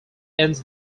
ends